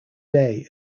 day